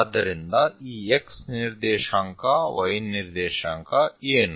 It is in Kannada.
ಆದ್ದರಿಂದ ಈ X ನಿರ್ದೇಶಾಂಕ Y ನಿರ್ದೇಶಾಂಕ ಏನು